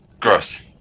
Gross